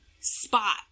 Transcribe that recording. spot